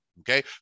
Okay